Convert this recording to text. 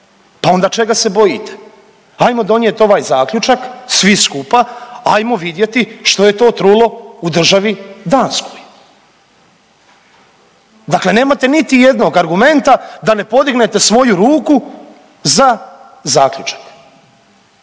pa onda čega se bojite? Hajmo donijet ovaj zaključak svi skupa, hajmo vidjeti što je to trulo u državi Danskoj. Dakle, nemate niti jednog argumenta da ne podignete svoju ruku za zaključak.